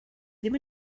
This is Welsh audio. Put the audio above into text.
ddim